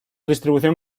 distribución